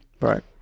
right